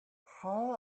how